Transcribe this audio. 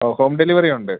ഓ home delivery ഉണ്ട്